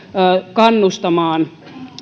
kannustamaan